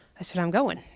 said i'm going.